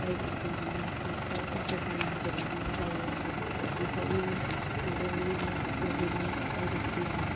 बायदिसिना ना खांख्राइफोरखो जों नागिरनानै जायो आरो ओंखायनो बे नागुरनाय बायदिसिना